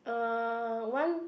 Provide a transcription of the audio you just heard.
uh one